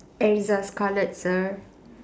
erza scarlet sir